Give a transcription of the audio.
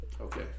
Okay